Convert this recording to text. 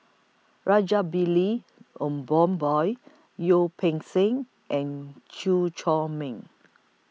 Rajabali Peng Seng and Chew Chor Meng